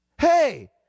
Hey